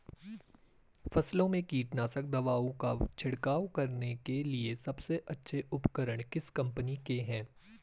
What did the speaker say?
फसलों में कीटनाशक दवाओं का छिड़काव करने के लिए सबसे अच्छे उपकरण किस कंपनी के हैं?